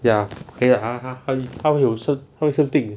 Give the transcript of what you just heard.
ya okay ya 他他他会有生生病